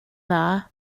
dda